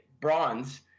bronze